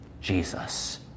Jesus